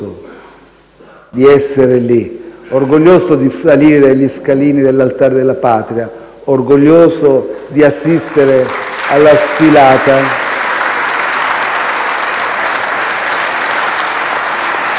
di essere lì, orgoglioso di salire gli scalini dell'Altare della Patria, orgoglioso di assistere alla sfilata